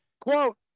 Quote